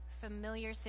familiar